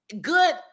Good